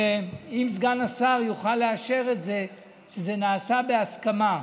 אם סגן השר יוכל לאשר שזה נעשה בהסכמה.